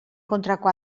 kontrako